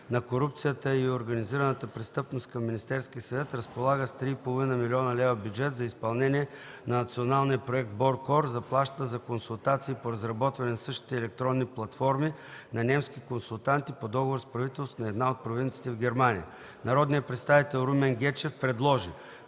на корупцията и организираната престъпност (ЦППКОП) към Министерския съвет разполага с 3,5 млн. лв. бюджет за изпълнението на националния проект БОРКОР, заплаща за консултации по разработването на същите електронни платформи на немски консултанти по договор с правителството на една от провинциите в Германия. Народният представител Румен Гечев предложи